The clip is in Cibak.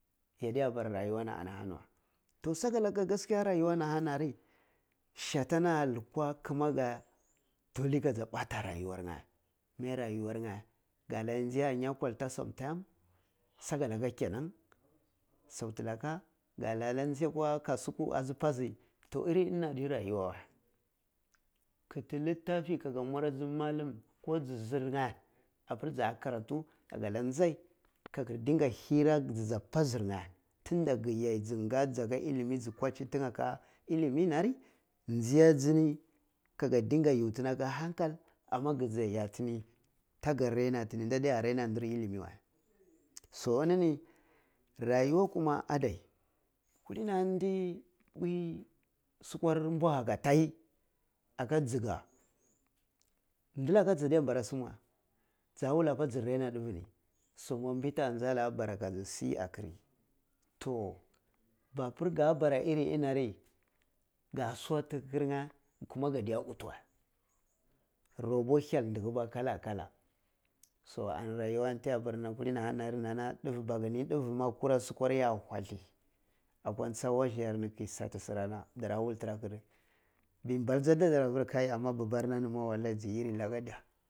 Ya da bara rayuwa na ahani wa toh saka laka gaskiya rayuwanari satan a lukwa kima a dole ka ja bata rayuwan nya me rayuwanya kada ji ata ya kwalta some time sakalaka kenan, santi laka kada ji akwa kasu ku aji pazi toh iri ini adi rajuwa wei kitti littah ka ga mwari aji mallum ko ji zir nya apir ja karatu kadaga chai ka gir dinka hirra ji ja pazir nya tun da gi yai jin ga jaga illimi ji kwajini tinya aka illimi nari nyi ah gi ni ka ga din gay u ti ni aka hankal amma gi ja yartini ta ga ta mina tini nda ta raina dir illimi wei so ini ni rayuwa kuma adai kulini ahani tip u sukwar ambuha ka tai aka gika ndilaka jada ninpara sim wei ja wula pa ji raina ndiffe ni somobinta je la bar aka shi akiri toh babur ga bwa irin i nari ka suwati gir ya kuma kadiye puti wey sir rabo hyal ndi hiba kala-kala so ani rayuwa ni ti ya bara kulimi ahanari nam nena diff baki lai ndiffe ma kura mukwar ya walli akwa cha wasiyar ni ke sati sirana dara walla tira kir ma balchi ana dar kar dar habir amma balar na ni ma ji wanni illi laka.